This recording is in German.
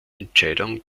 entscheidung